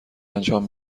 انجام